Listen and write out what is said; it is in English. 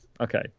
okay